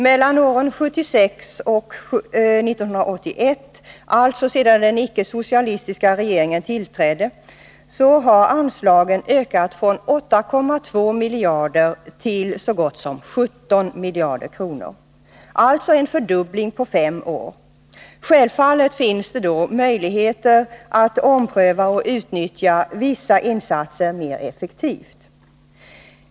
Mellan åren 1976 och 1981, alltså så länge vi haft icke-socialistisk regering, har anslagen ökat från 8,2 miljarder kronor till så gott som 17 miljarder kronor — dvs. en fördubbling på fem år. Självfallet finns det då möjligheter att ompröva och utnyttja vissa insatser mer effektivt.